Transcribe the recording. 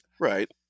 Right